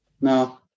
No